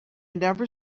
never